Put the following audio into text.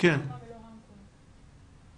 הפרקליטות רואה את המקרים האלה